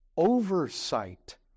Oversight